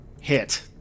Hit